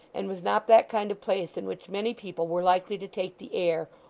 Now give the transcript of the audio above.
and was not that kind of place in which many people were likely to take the air,